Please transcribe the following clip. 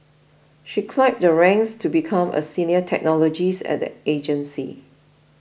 she climbed the ranks to become a senior technologist at the agency